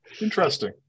Interesting